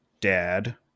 dad